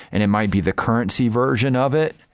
and it might be the currency version of it,